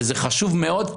וזה חשוב מאוד,